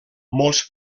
molts